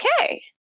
okay